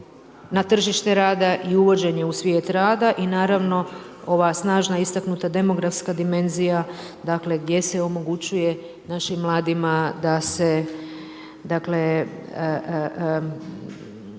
na tržište i uvođenje u svijet rada i naravno ova snažna istaknuta, demografska dimenzija gdje se omogućuje našim mladima da si